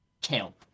kill